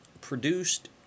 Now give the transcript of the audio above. produced